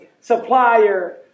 supplier